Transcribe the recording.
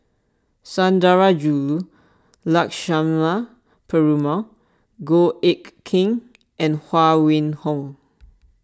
Sundarajulu Lakshmana Perumal Goh Eck Kheng and Huang Wenhong